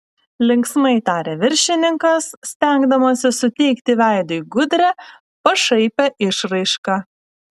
linksmai tarė viršininkas stengdamasis suteikti veidui gudrią pašaipią išraišką